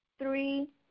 Three